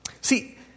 See